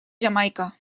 jamaica